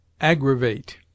Aggravate